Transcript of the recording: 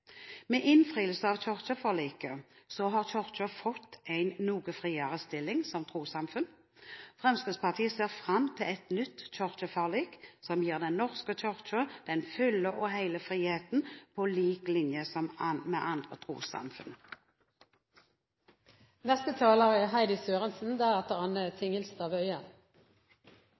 Med innfrielsen av kirkeforliket har Kirken fått en noe friere stilling som trossamfunn. Fremskrittspartiet ser fram til et nytt kirkeforlik som gir Den norske kirke den fulle og hele friheten, på lik linje med andre trossamfunn. La meg, i likhet med de andre, si at jeg i dag er